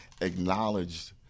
acknowledged